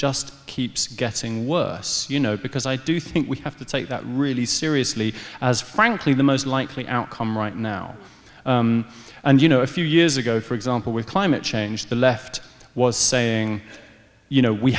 just keeps getting worse you know because i do think we have to take that really seriously as frankly the most likely outcome right now and you know a few years ago for example with climate change the left was saying you know we